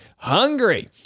hungry